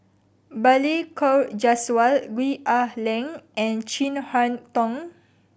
Balli Kaur Jaswal Gwee Ah Leng and Chin Harn Tong